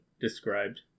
described